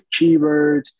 keywords